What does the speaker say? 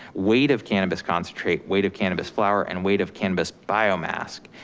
weight of cannabis concentrate, weight of cannabis flour and weight of cannabis bio mass,